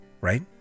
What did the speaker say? Right